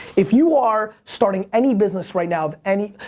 if you are starting any business right now of any,